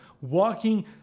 walking